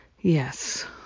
Yes